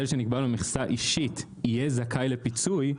שנקבעה לו מכסה אישית יהיה זכאי לפיצוי,